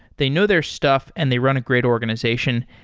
they know their stuff and they run a great organization.